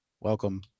welcome